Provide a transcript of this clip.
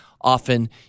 often